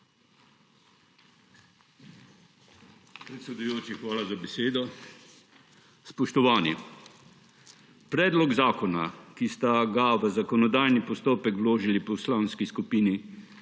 hvala za besedo.